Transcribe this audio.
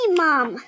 mom